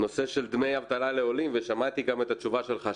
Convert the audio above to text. בנושא של דמי אבטלה לעולים ושמעתי גם את התשובה שלך,